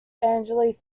angeles